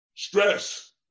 Stress